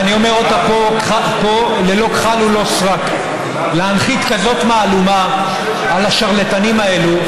ואני אומר אותה פה ללא כחל וסרק: להנחית כזאת מהלומה על השרלטנים האלה,